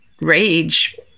rage